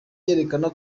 yerekana